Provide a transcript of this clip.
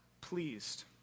pleased